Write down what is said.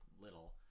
little